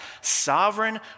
sovereign